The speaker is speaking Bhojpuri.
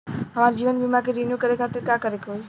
हमार जीवन बीमा के रिन्यू करे खातिर का करे के होई?